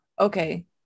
okay